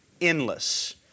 endless